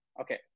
okay